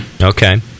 okay